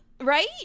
Right